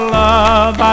love